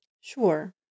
Sure